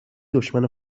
دشمن